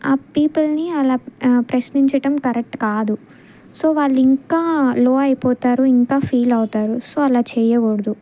ఆ పీపుల్ని అలా ప్రశ్నించడం కరెక్ట్ కాదు సో వాళ్ళు ఇంకా లో అయిపోతారు ఇంకా ఫీల్ అవుతారు సో అలా చేయకూడదు